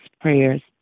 prayers